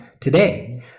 today